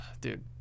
Dude